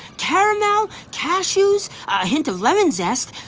caramel, cashews, a hint of lemon zest,